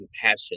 compassion